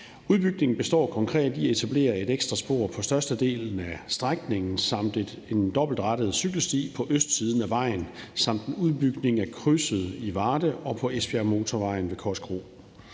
Udbygningen består konkret i at etablere et ekstra spor på størstedelen af strækningen samt en dobbeltrettet cykelsti på østsiden af vejen samt en udbygning af krydset i Varde og på Esbjergmotorvejen ved Korskro.